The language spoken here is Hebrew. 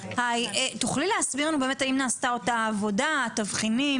תוכלי להסביר לנו האם נעשתה אותה עבודה, התבחינים?